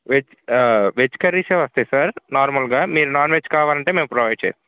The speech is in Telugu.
వెజ్ వెజ్ కర్రీసే వస్తాయి సార్ నార్మల్గా మీరు నాన్ వెజ్ కావాలంటే మేము ప్రొవైడ్ చేస్తాము